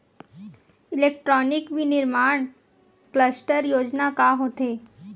Electronic विनीर्माण cluster योजना का होथे?